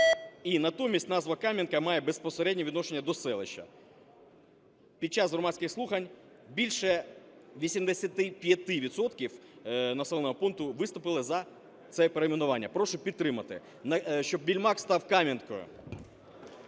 і натомість назва Кам'янка має безпосереднє відношення до селища. Під час громадських слухань більше 85 відсотків населеного пункту виступило за це перейменування. Прошу підтримати, щоб Більмак став Кам'янкою.